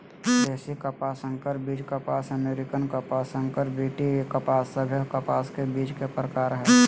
देशी कपास, संकर बीज कपास, अमेरिकन कपास, संकर बी.टी कपास सभे कपास के बीज के प्रकार हय